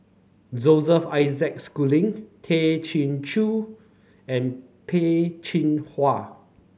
Joseph Isaac Schooling Tay Chin Joo and Peh Chin Hua